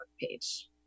page